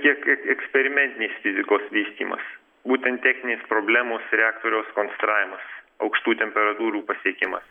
kiek eksperimentinės fizikos vystymas būtent techninės problemos reaktoriaus konstravimas aukštų temperatūrų pasiekimas